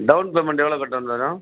down payment எவ்வளோ கட்ட வேண்டியது வரும்